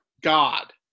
God